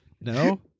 no